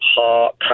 heart